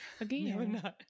Again